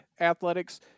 athletics